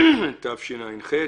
התשע"ח-2018,